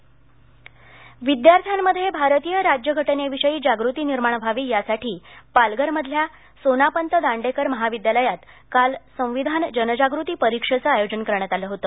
परीक्षा पालघर विद्यार्थ्यांमध्ये भारतीय राज्यघटनेविषयी जागृती निर्माण व्हावी यासाठी पालघरमधल्या सोनापंत दांडेकर महाविद्यालयात काल संविधान जनजागृती परीक्षेचं आयोजन करण्यात आलं होत